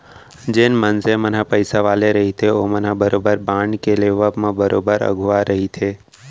जेन मनसे मन ह पइसा वाले रहिथे ओमन ह बरोबर बांड के लेवब म बरोबर अघुवा रहिथे